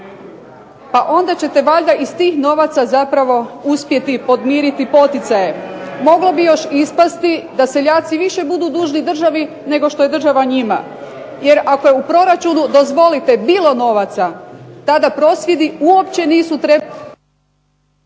Pa onda ćete valjda iz tih novaca uspjeti podmiriti poticaje. Moglo bi još ispasti da seljaci više budu dužni državi nego što je država njima, jer ako je u proračunu, dozvolite, bilo novaca tada prosvjedi uopće nisu trebali